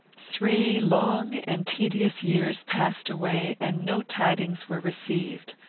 three long and tedious years passed away, and no tidings were received.